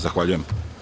Zahvaljujem.